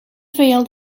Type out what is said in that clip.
vld